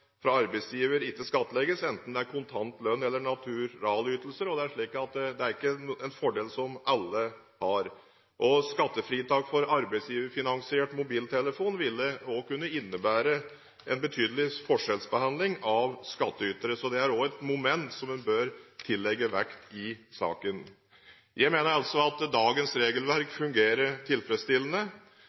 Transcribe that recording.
fra arbeidsgiver, ikke skattlegges, enten det er kontant lønn eller naturalytelser. Det er ikke en fordel som alle har. Skattefritak for arbeidsgiverfinansiert mobiltelefon ville også kunne innebære en betydelig forskjellsbehandling av skattytere, så det er også et moment som en bør tillegge vekt i saken. Jeg mener altså at dagens regelverk fungerer tilfredsstillende.